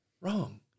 Wrong